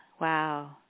Wow